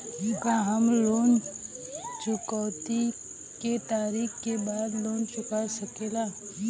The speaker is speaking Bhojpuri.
का हम लोन चुकौती के तारीख के बाद लोन चूका सकेला?